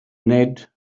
ned